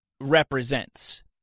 represents